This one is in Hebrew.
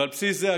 ועל פי זה,